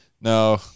no